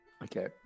Okay